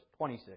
26